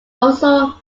also